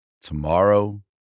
Tomorrow